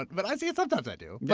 but i'd say sometimes i do. but